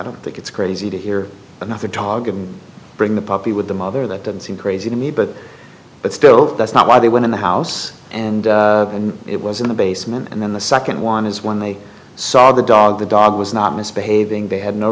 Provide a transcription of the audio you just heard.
don't think it's crazy to hear another dog and bring the puppy with the mother that doesn't seem crazy to me but but still that's not why they went in the house and and it was in the basement and then the second one is when they saw the dog the dog was not misbehaving they had no